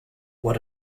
what